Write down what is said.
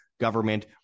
government